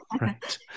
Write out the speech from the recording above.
right